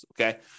okay